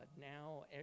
Now